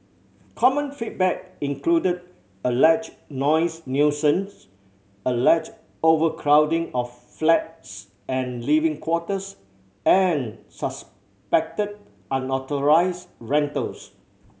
common feedback included alleged noise nuisance alleged overcrowding of flats and living quarters and suspected unauthorised rentals